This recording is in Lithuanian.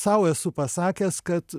sau esu pasakęs kad